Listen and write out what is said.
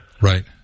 Right